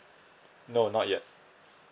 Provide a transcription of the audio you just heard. no not yet